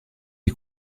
est